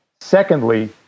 Secondly